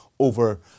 over